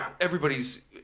Everybody's